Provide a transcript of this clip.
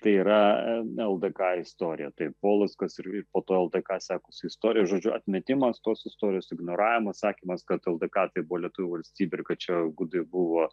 tai yra ldk istorija tai polockas ir po to ldk sekusi istorija žodžiu atmetimas tos istorijos ignoravimo sakymas kad ldk tai buvo lietuvių valstybė ir kad čia gudai buvo